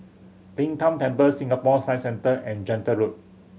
Lin Tan Temple Singapore Science Centre and Gentle Road